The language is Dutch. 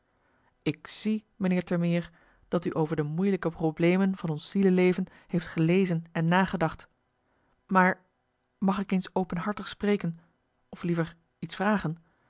ik zie meneer termeer dat u over de moeilijke problemen van ons zieleleven heeft gelezen en nagedacht maar mag ik eens openhartig spreken of liever iets vragen